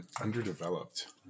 Underdeveloped